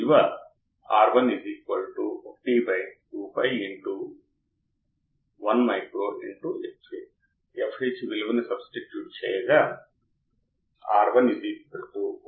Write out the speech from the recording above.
అందువల్ల చాలా అనలాగ్ సర్క్యూట్లు DC నుండి అధిక పౌన పున్య అనువర్తనాల వరకు ఉపయోగించబడతాయి అవకలన యాంప్లిఫైయర్ ఉపయోగించబడుతుంది